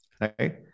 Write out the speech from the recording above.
Right